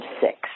six